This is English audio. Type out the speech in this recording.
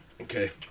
okay